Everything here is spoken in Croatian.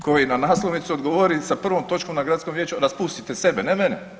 Koji na naslovnicu odgovori s prvom točkom na gradskom Vijeću, raspustite sebe, ne mene.